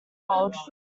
old